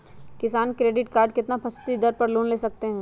किसान credit card कितना फीसदी दर पर लोन ले सकते हैं?